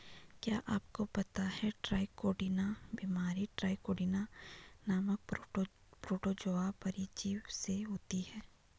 क्या आपको पता है ट्राइकोडीना बीमारी ट्राइकोडीना नामक प्रोटोजोआ परजीवी से होती है?